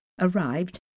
arrived